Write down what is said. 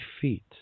feet